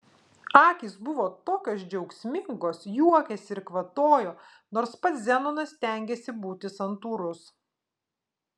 akys buvo tokios džiaugsmingos juokėsi ir kvatojo nors pats zenonas stengėsi būti santūrus